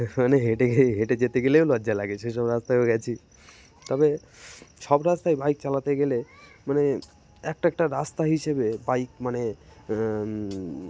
মানে হেঁটে গেয়ে হেঁটে যেতে গেলেও লজ্জা লাগে সেসব রাস্তায়ও গিয়েছি তবে সব রাস্তায় বাইক চালাতে গেলে মানে একটা একটা রাস্তা হিসেবে বাইক মানে